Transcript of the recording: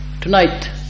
Tonight